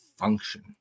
function